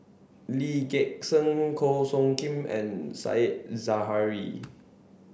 Lee Gek Seng Goh Soo Khim and Said Zahari